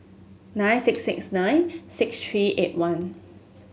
nine six six nine six three eight one